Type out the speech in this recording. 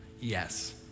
Yes